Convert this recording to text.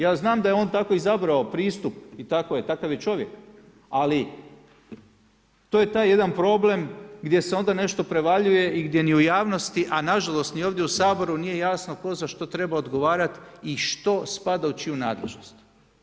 Ja znam da je on tako izabrao pristup i takav je čovjek, ali to je taj jedan problem gdje se onda nešto prevaljuje i gdje ni u javnosti, a nažalost ni ovdje u Saboru nije jasno tko za što treba odgovarati i što spada u čiju nadležnost.